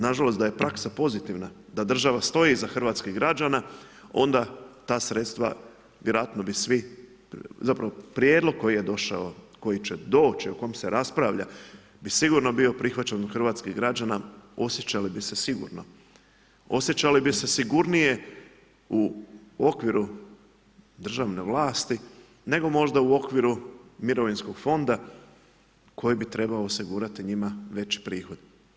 Nažalost, da je praksa pozitivna, da država stoji iza hrvatskih građana, onda ta sredstva vjerojatno bi svi, zapravo prijedlog koji je došao, koji će doći, o kom se raspravlja bi sigurno bio prihvaćen od hrvatskih građana, osjećali bi se sigurno, osjećali bi se sigurnije u okviru državne vlasti, nego možda u okviru mirovinskog fonda koji bi trebao osigurati njima veći prihod.